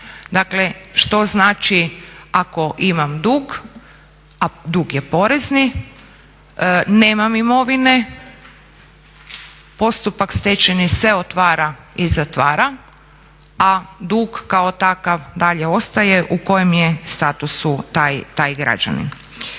dakle što znači ako imam dug, a dug je porezni. Nemam imovine, postupak stečajni se otvara i zatvara, a dug kao takav dalje ostaje u kojem je statusu taj građanin.